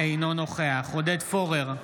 אינו נוכח עודד פורר,